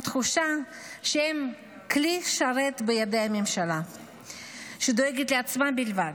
תחושה שהם כלי שרת בידי ממשלה שדואגת לעצמה בלבד,